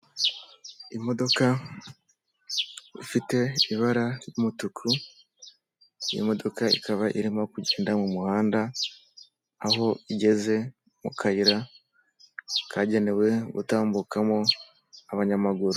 Imodoka ifite ibara ry'umutuku, iyi modoka ikaba irimo kugenda mu muhanda, aho igeze mu kayira kagenewe gutambukamo abanyamaguru.